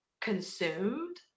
consumed